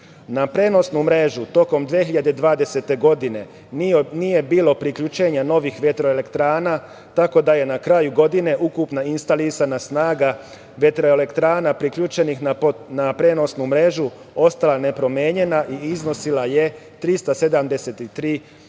prenosnu mrežu, tokom 2020. godine, nije bilo priključenja novih vetroelektrana, tako da je na kraju godine ukupna instalisana snaga vetroelektrana, priključenih na prenosnu mrežu, ostala nepromenjena i iznosila je 373 megavata,